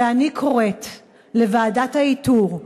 ואני קוראת לוועדת האיתור,